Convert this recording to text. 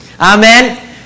Amen